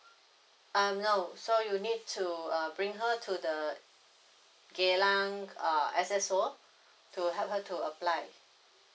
um no so you need to uh bring her to the geylang uh S_S_O to help her to apply